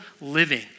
living